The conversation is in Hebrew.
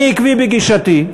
אני עקבי בגישתי,